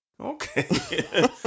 Okay